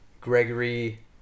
Gregory